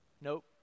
Nope